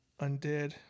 undead